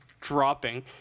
dropping